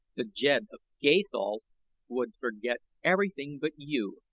the jed of gathol would forget everything but you,